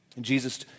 Jesus